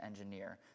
engineer